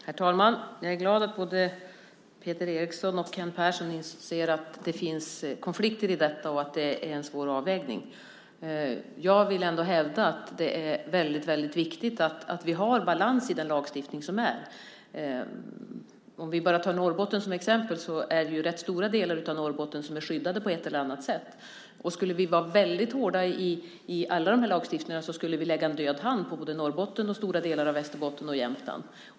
Herr talman! Jag är glad att både Peter Eriksson och Kent Persson inser att det finns konflikter i detta och att det är en svår avvägning. Jag vill ändå hävda att det är mycket viktigt att vi har balans i den lagstiftning som finns. Tar vi Norrbotten som exempel är det ganska stora delar som är skyddade på ett eller annat sätt. Skulle vi hålla mycket hårt på alla dessa lagar skulle vi lägga en död hand på både Norrbotten, stora delar av Västerbotten och Jämtland.